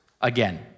again